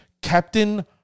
Captain